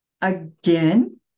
again